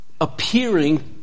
appearing